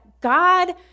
God